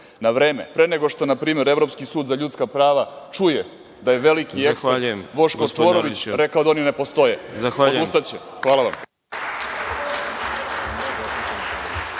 Na vreme, pre nego što Evropski sud za ljudska prava čuje da je veliki ekspert Boško Čvorović rekao da oni ne postoje. Odustaće. Hvala vam.